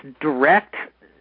direct